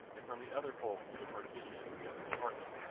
and from the other pole through the partition into the other compartment,